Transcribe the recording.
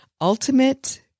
ultimate